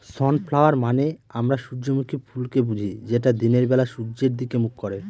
sunflower মানে আমরা সূর্যমুখী ফুলকে বুঝি যেটা দিনের বেলা সূর্যের দিকে মুখ করে